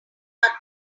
our